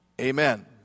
amen